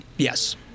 Yes